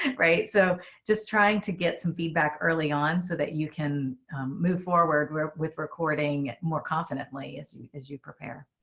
and right. so just trying to get some feedback early on so that you can move forward with recording more confidently as you as you prepare.